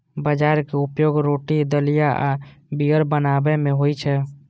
बाजराक उपयोग रोटी, दलिया आ बीयर बनाबै मे होइ छै